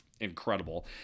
incredible